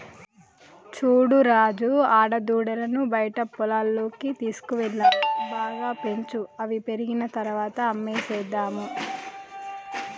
చూడు రాజు ఆడదూడలను బయట పొలాల్లోకి తీసుకువెళ్లాలి బాగా పెంచు అవి పెరిగిన తర్వాత అమ్మేసేద్దాము